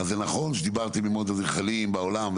אז זה נכון שדיברתם עם עוד אדריכלים בעולם,